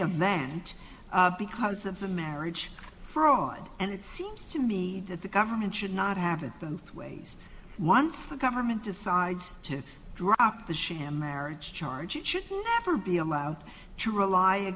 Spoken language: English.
event because of a marriage fraud and it seems to me that the government should not have it both ways once the government decides to drop the sham marriage charge it should never be allowed to rely